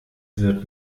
wird